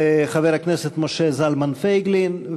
חבר הכנסת משה זלמן פייגלין,